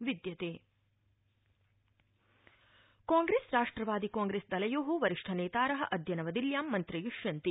महाराष्ट्रम् कांग्रेस राष्ट्रवादि कांग्रेस्दलयो वरिष्ठनेतार अद्य नवदिल्ल्यां मन्त्रयिष्यन्ति